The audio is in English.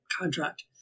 contract